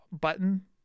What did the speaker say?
button